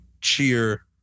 cheer